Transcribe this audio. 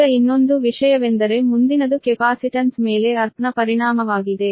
ಈಗ ಇನ್ನೊಂದು ವಿಷಯವೆಂದರೆ ಮುಂದಿನದು ಕೆಪಾಸಿಟನ್ಸ್ ಮೇಲೆ ಅರ್ಥ್ ನ ಪರಿಣಾಮವಾಗಿದೆ